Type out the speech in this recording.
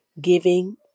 giving